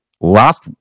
last